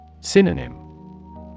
Synonym